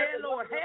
Lord